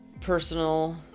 personal